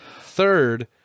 Third